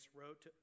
wrote